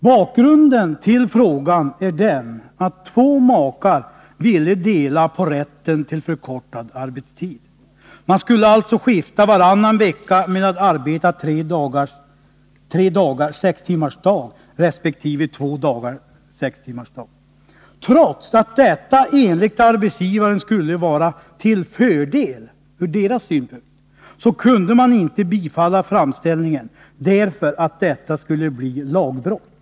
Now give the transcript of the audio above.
Bakgrunden till frågan är att två makar ville dela på rätten till förkortad Nr 81 arbetstid. De skulle alltså varannan vecka arbeta sex timmar per dag under Tisdagen den tre dagar och varannan vecka sex timmar per dag under två dagar. Trots att — 17 februari 1981 detta enligt arbetsgivaren skulle vara till fördel, kunde framställningen inte bifallas — därför att det skulle innebära ett lagbrott.